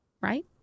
Right